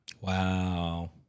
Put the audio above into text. Wow